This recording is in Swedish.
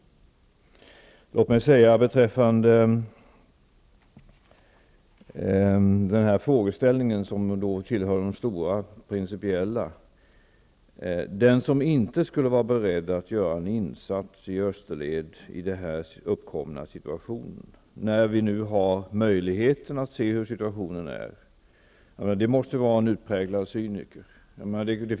Beträffande den här stora principiella frågeställningen vill jag säga att den som under rådande situation inte är beredd att göra en insats i österled, när vi nu har möjlighet att ta del av denna situation, måste vara en utpräglad cyniker.